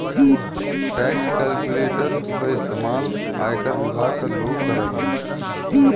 tax calculator क इस्तेमाल आयकर विभाग क लोग करलन